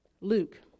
Luke